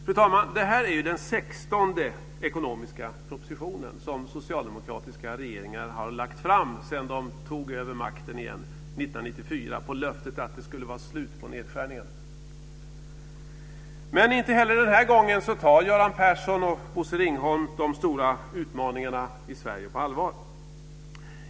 Fru talman! Det här är den sextonde ekonomiska propositionen som socialdemokratiska regeringar har lagt fram sedan Socialdemokraterna tog över makten igen 1994 på löftet att det skulle vara slut på nedskärningarna. Men inte heller den här gången tar Göran Persson och Bosse Ringholm de stora utmaningarna i Sverige på allvar.